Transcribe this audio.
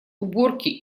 уборки